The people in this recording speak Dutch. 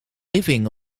living